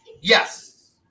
Yes